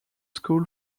school